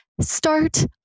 start